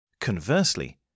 Conversely